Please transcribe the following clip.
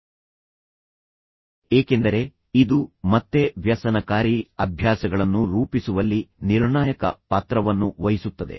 ನಮಗೆ ಡೋಪಮೈನ್ ಬಗ್ಗೆ ತಿಳಿದಿದೆ ಏಕೆಂದರೆ ಇದು ಮತ್ತೆ ವ್ಯಸನಕಾರಿ ಅಭ್ಯಾಸಗಳನ್ನು ರೂಪಿಸುವಲ್ಲಿ ನಿರ್ಣಾಯಕ ಪಾತ್ರವನ್ನು ವಹಿಸುತ್ತದೆ